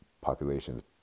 populations